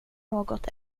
något